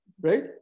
right